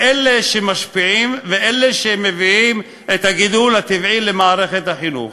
הם אלה שמשפיעים ואלה שמביאים את הגידול הטבעי למערכת החינוך.